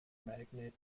magnet